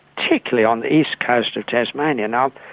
particularly on the east coast of tasmania. now,